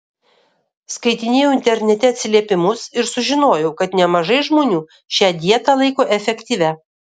skaitinėjau internete atsiliepimus ir sužinojau kad nemažai žmonių šią dietą laiko efektyvia